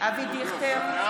אבי דיכטר,